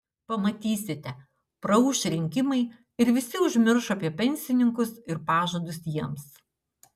pamatysite praūš rinkimai ir visi užmirš apie pensininkus ir pažadus jiems